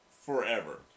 forever